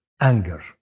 anger